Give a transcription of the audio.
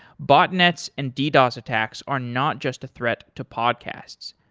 botnets and ddos attacks are not just a threat to podcasts.